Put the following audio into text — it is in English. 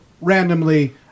randomly